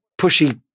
pushy